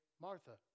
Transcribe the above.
Martha